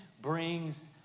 brings